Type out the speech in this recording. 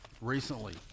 recently